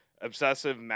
Obsessive